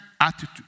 attitude